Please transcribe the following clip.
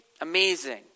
amazing